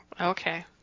Okay